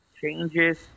changes